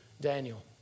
Daniel